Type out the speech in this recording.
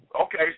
Okay